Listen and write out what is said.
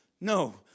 No